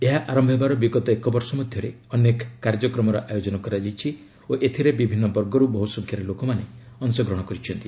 ଏହା ଆରମ୍ଭ ହେବାର ବିଗତ ଏକ ବର୍ଷ ମଧ୍ୟରେ ଅନେକ କାର୍ଯ୍ୟକ୍ରମର ଆୟୋଜନ କରାଯାଇଛି ଓ ଏଥିରେ ବିଭିନ୍ନ ବର୍ଗରୁ ବହୁ ସଂଖ୍ୟାରେ ଲୋକମାନେ ଅଶଗ୍ରହଣ କରିଛନ୍ତି